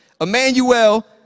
Emmanuel